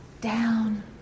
down